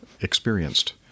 experienced